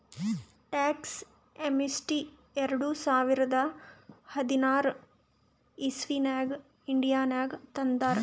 tax amnesty ಎರಡ ಸಾವಿರದ ಹದಿನಾರ್ ಇಸವಿನಾಗ್ ಇಂಡಿಯಾನಾಗ್ ತಂದಾರ್